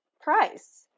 price